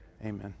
Amen